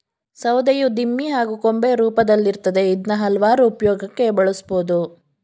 ಸೌಧೆಯು ದಿಮ್ಮಿ ಹಾಗೂ ಕೊಂಬೆ ರೂಪ್ದಲ್ಲಿರ್ತದೆ ಇದ್ನ ಹಲ್ವಾರು ಉಪ್ಯೋಗಕ್ಕೆ ಬಳುಸ್ಬೋದು